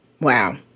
Wow